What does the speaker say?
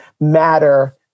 matter